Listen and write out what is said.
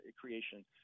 creation